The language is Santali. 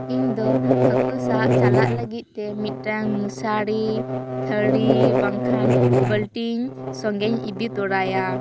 ᱤᱧ ᱫᱚ ᱦᱟᱹᱠᱩ ᱥᱟᱵ ᱪᱟᱞᱟᱜ ᱞᱟᱹᱜᱤᱫ ᱛᱮ ᱢᱤᱫᱴᱟᱝ ᱢᱩᱥᱟᱨᱤ ᱛᱷᱟᱹᱲᱤ ᱵᱟᱝᱠᱷᱟᱱ ᱵᱟᱹᱞᱴᱤᱧ ᱥᱚᱝᱜᱮᱧ ᱤᱫᱤ ᱛᱚᱨᱟᱭᱟ